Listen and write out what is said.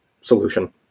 solution